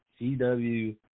CW